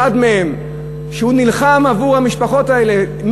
אחד מהם שנלחם למען המשפחות האלה.